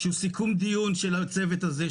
שהוא סיכום דיון של הצוות הזה,